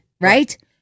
right